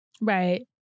Right